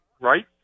right